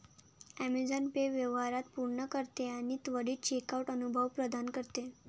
Amazon pay व्यवहार पूर्ण करते आणि त्वरित चेकआउट अनुभव प्रदान करते